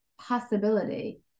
possibility